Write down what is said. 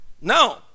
No